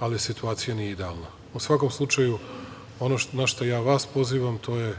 ali situacija nije idealna. U svakom slučaju, ono na šta ja vas pozivam to je